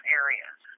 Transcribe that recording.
areas